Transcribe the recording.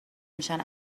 میشن